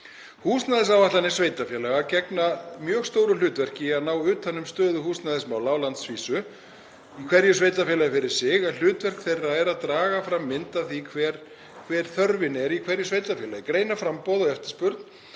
Húsnæðisáætlanir sveitarfélaga gegna mjög stóru hlutverki í að ná utan um stöðu húsnæðismála á landsvísu og í hverju sveitarfélagi fyrir sig en hlutverk þeirra er að draga fram mynd af því hver þörfin er í hverju sveitarfélagi, greina framboð og eftirspurn